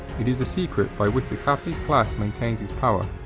it is the secret by which the capitalist class maintains its power.